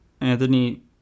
Anthony